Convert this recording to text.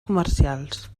comercials